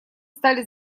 стали